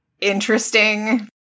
interesting